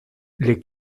les